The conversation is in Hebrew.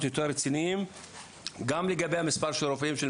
יותר רציניים גם לגבי המספר של הרופאים,